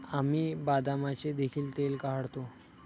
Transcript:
आम्ही बदामाचे देखील तेल काढतो